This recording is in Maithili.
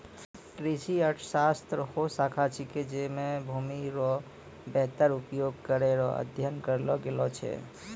कृषि अर्थशास्त्र हौ शाखा छिकै जैमे भूमि रो वेहतर उपयोग करै रो अध्ययन करलो गेलो छै